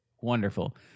Wonderful